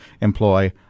employ